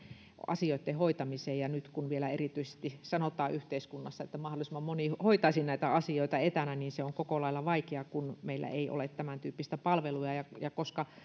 asioitten hoitamiseen nyt kun vielä erityisesti sanotaan yhteiskunnassa että mahdollisimman moni hoitaisi näitä asioita etänä niin se on koko lailla vaikeaa kun meillä ei ole tämäntyyppisiä palveluja